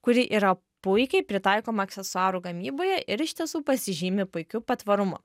kuri yra puikiai pritaikoma aksesuarų gamyboje ir iš tiesų pasižymi puikiu patvarumu